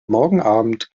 morgenabend